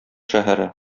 шәһәре